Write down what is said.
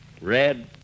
Red